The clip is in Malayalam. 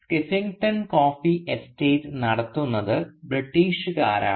സ്കീഫിംഗ്ടൺ കോഫി എസ്റ്റേറ്റ് നടത്തുന്നത് ബ്രിട്ടീഷുകാരാണ്